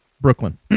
Brooklyn